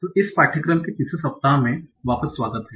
तो इस पाठ्यक्रम के तीसरे सप्ताह में वापस स्वागत है